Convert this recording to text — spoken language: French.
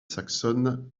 saxonne